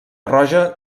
roja